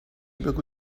بگو